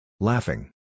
Laughing